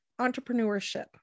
entrepreneurship